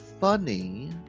funny